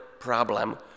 problem